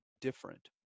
different